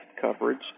coverage